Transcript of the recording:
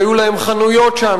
שהיו להם חנויות שם,